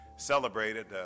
Celebrated